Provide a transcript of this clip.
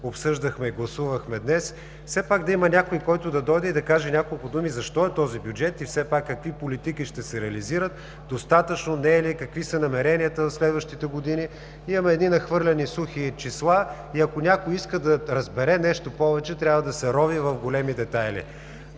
обсъждахме и гласувахме днес, все пак да има някой, който да дойде и да каже няколко думи – защо е този бюджет и все пак какви политики ще се реализират, достатъчно ли е, или не е, какви са намеренията в следващите години? Имаме нахвърляни едни сухи числа и ако някой иска да разбере нещо повече, трябва да се рови в големи детайли.